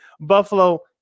Buffalo